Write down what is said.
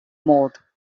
mode